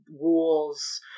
rules